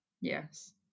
Yes